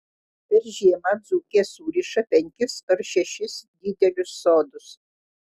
per žiemą dzūkės suriša penkis ar šešis didelius sodus